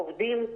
עובדים,